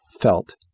felt